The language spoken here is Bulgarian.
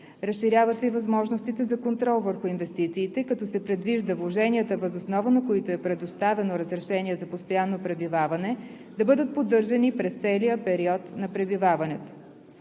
Разширяват се и възможностите за контрол върху инвестициите, като се предвижда вложенията, въз основа на които е предоставено разрешение за постоянно пребиваване, да бъдат поддържани през целия период на пребиваването.